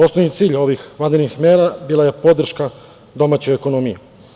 Osnovni cilj ovih vanrednih mera bila je podrška domaćoj ekonomiji.